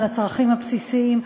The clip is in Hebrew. על הצרכים הבסיסיים,